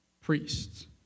priests